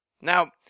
Now